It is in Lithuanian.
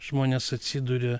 žmonės atsiduria